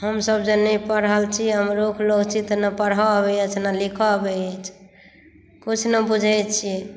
हमसभ जे नहि पढ़ल छी हमरो यथोचित नहि किछु पढ़ऽ अबैया नहि किछु लिखऽ अबैया किछु नहि बुझै छी